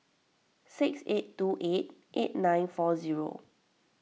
six eight two eight eight nine four zero